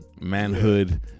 manhood